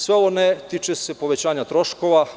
Sve ovo se ne tiče povećanja troškova.